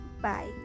Bye